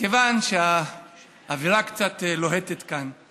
מכיוון שהאווירה קצת לוהטת כאן,